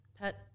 Pet